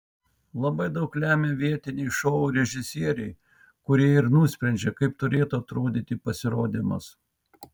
labai daug lemia vietiniai šou režisieriai kurie ir nusprendžia kaip turėtų atrodyti pasirodymas